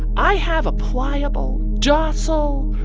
i have a pliable, docile,